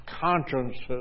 consciences